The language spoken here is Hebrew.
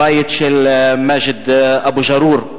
הבית של מאג'ד אבו-ג'רור,